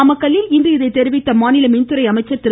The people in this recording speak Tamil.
நாமக்கல்லில் இன்று இதனை தெரிவித்த மாநில மின்துறை அமைச்சர் திரு